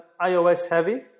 iOS-heavy